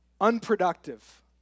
unproductive